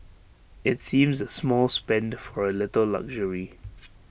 IT seems A small spend for A little luxury